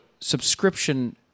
subscription